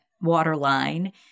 waterline